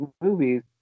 movies